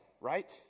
Right